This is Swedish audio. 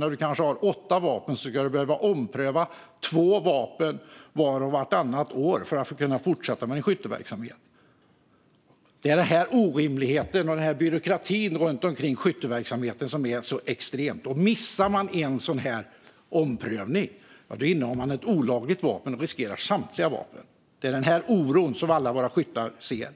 Om man har kanske åtta vapen behöver man ompröva ett par vapen vart och vartannat år för att få fortsätta med skytteverksamheten. Den extrema byråkratin runt skytteverksamheten är orimlig, och missar man en omprövning innehar man ett olagligt vapen och riskerar samtliga vapen. Det är denna oro våra skyttar känner.